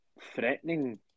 threatening